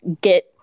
get